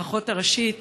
האחות הראשית,